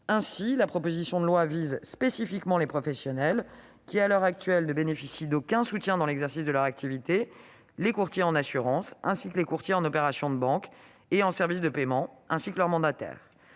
Ainsi, la proposition de loi vise spécifiquement les professionnels qui, à l'heure actuelle, ne bénéficient d'aucun soutien dans l'exercice de leur activité : les courtiers en assurance, les courtiers en opérations de banque et en service de paiement ainsi que leurs mandataires.